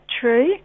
true